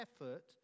effort